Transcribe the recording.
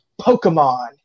Pokemon